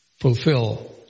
fulfill